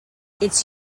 its